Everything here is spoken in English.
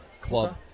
club